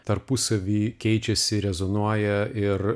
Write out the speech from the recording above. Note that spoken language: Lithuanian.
tarpusavy keičiasi rezonuoja ir